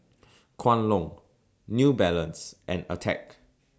Kwan Loong New Balance and Attack